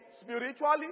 spiritually